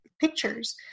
pictures